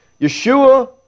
Yeshua